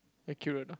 accurate ah